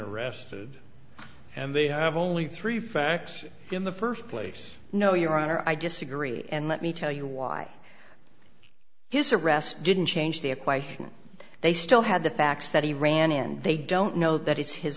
arrested and they have only three facts in the first place no your honor i disagree and let me tell you why his arrest didn't change the equation they still had the facts that he ran in they don't know that it's his